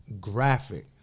graphic